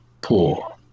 poor